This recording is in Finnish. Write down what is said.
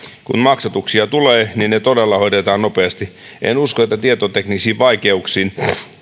kun maksatuksia tulee niin ne todella hoidetaan nopeasti en usko että tietoteknisiin vaikeuksiin